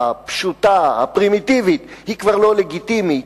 הפשוטה, הפרימיטיבית, היא כבר לא לגיטימית,